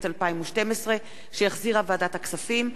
התשע"ב 2012, שהחזירה ועדת הכספים.